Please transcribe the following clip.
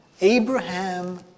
Abraham